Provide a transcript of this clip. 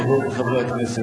חברות וחברי הכנסת,